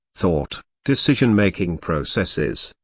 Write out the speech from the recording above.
thought, decision-making processes,